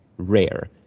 rare